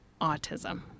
autism